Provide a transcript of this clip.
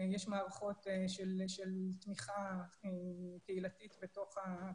יש מערכות של תמיכה קהילתית בתוך הקיבוץ,